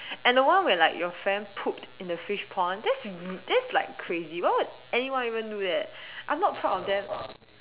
and the one where like your friend pooped in the fish pond that's really that's like crazy like why would anyone even do that I'm not proud of them